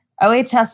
OHS